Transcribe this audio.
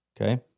Okay